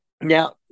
Now